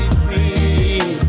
free